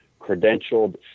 credentialed